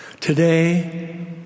Today